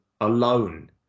alone